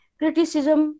criticism